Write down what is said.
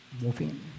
moving